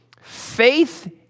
faith